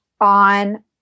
on